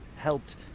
helped